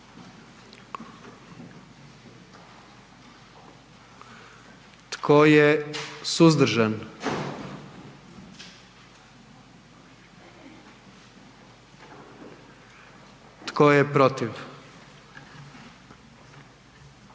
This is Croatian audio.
Tko je suzdržan? Tko je protiv?